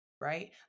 right